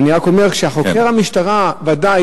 אני רק אומר, כשחוקר המשטרה קובע בוודאות